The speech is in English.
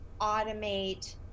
automate